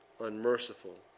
unmerciful